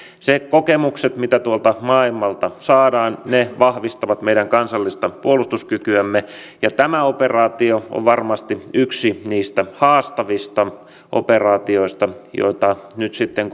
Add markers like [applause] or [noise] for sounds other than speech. ne kokemukset mitä tuolta maailmalta saadaan vahvistavat meidän kansallista puolustuskykyämme tämä operaatio on varmasti yksi niistä haastavista operaatioista joista nyt sitten [unintelligible]